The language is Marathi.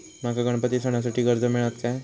माका गणपती सणासाठी कर्ज मिळत काय?